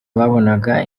babonaga